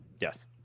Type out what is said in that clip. Yes